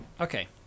Okay